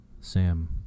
Sam